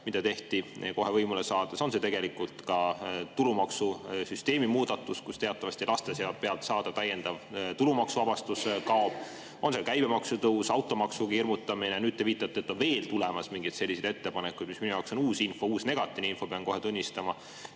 mis tehti kohe võimule saades, on see tulumaksusüsteemi muudatus, millega teatavasti laste pealt saadav täiendav tulumaksuvabastus kaob, on see käibemaksu tõus, automaksuga hirmutamine. Ja nüüd te viitate, et on veel tulemas mingeid selliseid ettepanekuid. Minu jaoks on see uus negatiivne info, pean kohe tunnistama.